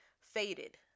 Faded